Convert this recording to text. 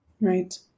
Right